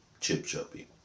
chip-chubby